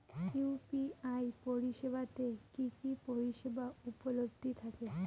UPI পরিষেবা তে কি কি পরিষেবা উপলব্ধি থাকে?